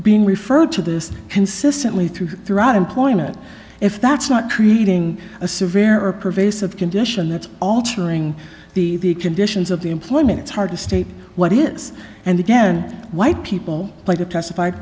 being referred to this consistently through throughout employment if that's not creating a severe or pervasive condition that altering the conditions of the employment it's hard to state what is and again why people